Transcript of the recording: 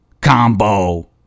Combo